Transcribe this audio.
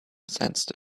sensed